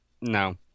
No